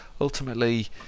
ultimately